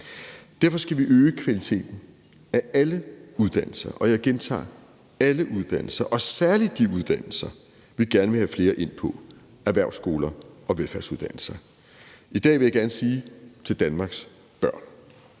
Derfor skal vi øge kvaliteten af alle uddannelser, og jeg gentager alle uddannelser, og særlig de uddannelser, vi gerne vil have flere ind på, nemlig erhvervsskoler og velfærdsuddannelser. I dag vil jeg gerne sige til Danmarks børn: